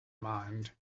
mind